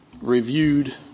reviewed